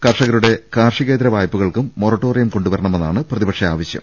കർഷകരുടെ കാർഷികേതൃ വായ്പകൾക്കും മൊറട്ടോറിയം കൊണ്ടുവരണമെന്നാണ് പ്രതിപക്ഷ ആവശൃം